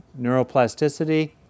neuroplasticity